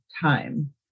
time